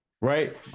right